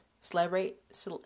celebrate